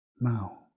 Now